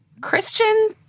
Christian